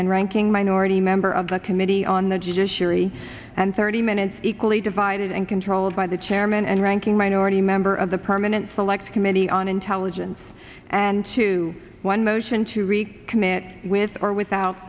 and ranking minority member of the committee on the judiciary and thirty minutes equally divided and controlled by the chairman and ranking minority member of the permanent select committee on intelligence and two one motion to recommit with or without